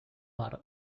har